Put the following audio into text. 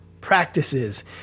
practices